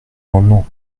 amendement